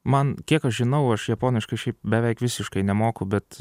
man kiek aš žinau aš japoniškai šiaip beveik visiškai nemoku bet